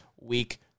week